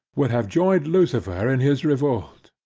would have joined lucifer in his revolt.